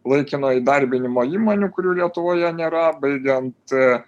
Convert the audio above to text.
laikino įdarbinimo įmonių kurių lietuvoje nėra baigiant